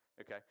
okay